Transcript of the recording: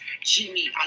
Jimmy